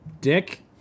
Dick